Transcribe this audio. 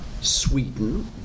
Sweden